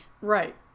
Right